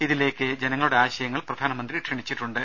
ഇതിലേക്ക് ജനങ്ങ ളുടെ ആശയങ്ങൾ പ്രധാനമന്ത്രി ക്ഷണിച്ചിട്ടുണ്ട്